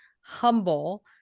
humble